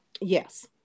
Yes